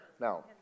Now